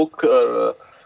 book